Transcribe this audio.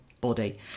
body